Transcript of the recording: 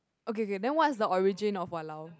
okay K then what's the origin of !walao!